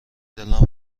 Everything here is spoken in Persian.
دلم